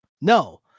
No